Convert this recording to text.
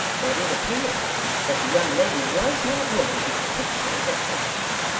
but it appears that the young lady was not willing to capitulate at once.